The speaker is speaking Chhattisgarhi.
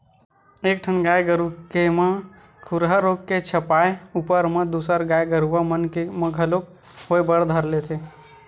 एक ठन गाय गरु के म खुरहा रोग के छपाय ऊपर म दूसर गाय गरुवा मन के म घलोक होय बर धर लेथे